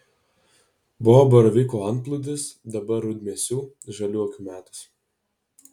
buvo baravykų antplūdis dabar rudmėsių žaliuokių metas